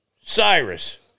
Cyrus